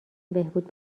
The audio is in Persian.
بهبود